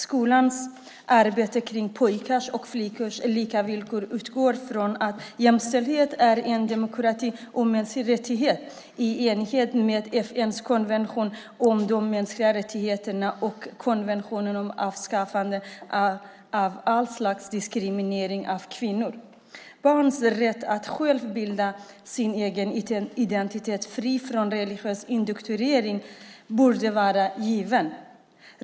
Skolans arbete kring pojkars och flickors lika villkor utgår ifrån att jämställdhet är en demokratisk och mänsklig rättighet i enighet med FN:s konvention om de mänskliga rättigheterna och konventionen om avskaffande av all slags diskriminering av kvinnor. Barns rätt att själv bilda sin egen identitet fri från religiös indoktrinering borde vara given.